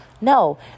No